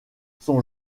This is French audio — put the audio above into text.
son